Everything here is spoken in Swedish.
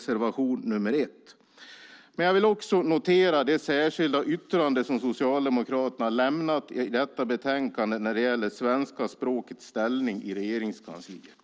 Slutligen vill jag notera Socialdemokraternas särskilda yttrande i betänkandet när det gäller det svenska språkets ställning i Regeringskansliet.